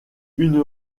une